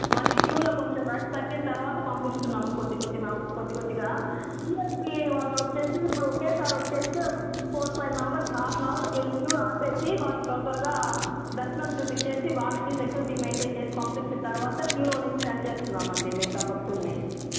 మళ్ళీ క్యూలో కొంచెం రష్ తగ్గిన తరువాత పంపిస్తున్నాము కొద్ది కొద్ది మం కొద్ది కొద్దిగా వీఐపీ వాళ్ళొచ్చేసి ఇప్పుడు ఒకేసారి వచ్చేస్తే ఒక four five members half an hour వీళ్ళు క్యూ ఆపేసి వాళ్ళని తొందరగా దర్శనం చూపించేసి వాళ్ళకి సెక్యూరిటీ మెయిన్టేయిన్ చేసి పంపించిన తరువాత క్యూలో నుంచి సెండ్ చేస్తున్నామండి మిగతా భక్తులని